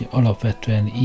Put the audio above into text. alapvetően